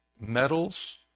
metals